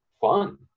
fun